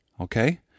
okay